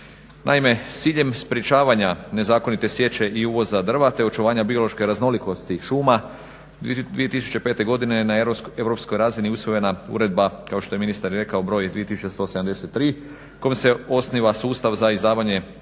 S ciljem sprječavanja nezakonite sječe i uveza drva, te očuvanja biološke raznolikosti šuma 2005. godine na europskoj razini usvojena uredba br. 2173/2005 kojim se osniva sustav za izdavanje FLEGT